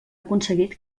aconseguit